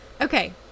okay